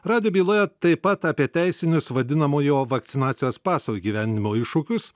radijo byloje taip pat apie teisinius vadinamojo vakcinacijos paso įgyvendinimo iššūkius